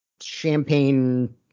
champagne